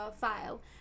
file